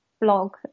blog